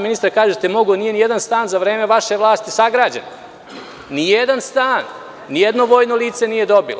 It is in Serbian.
Ministre, kažete da mogu, a nije nijedan stan za vreme vaše vlasti sagrađen, nijedan stan nijedno vojno lice nije dobilo.